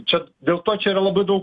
čia dėl to čia yra labai daug